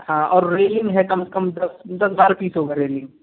हाँ और रेलिंग है कम से कम दस दस बारह फीट होगी रेलिंग